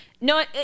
no